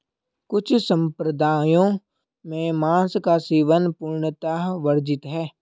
कुछ सम्प्रदायों में मांस का सेवन पूर्णतः वर्जित है